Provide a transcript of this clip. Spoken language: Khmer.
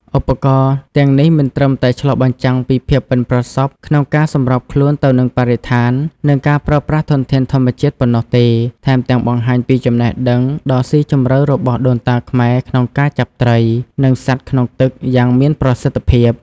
ឧបករណ៍ទាំងនេះមិនត្រឹមតែឆ្លុះបញ្ចាំងពីភាពប៉ិនប្រសប់ក្នុងការសម្របខ្លួនទៅនឹងបរិស្ថាន និងការប្រើប្រាស់ធនធានធម្មជាតិប៉ុណ្ណោះទេ ថែមទាំងបង្ហាញពីចំណេះដឹងដ៏ស៊ីជម្រៅរបស់ដូនតាខ្មែរក្នុងការចាប់ត្រី និងសត្វក្នុងទឹកយ៉ាងមានប្រសិទ្ធភាព។